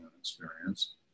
experience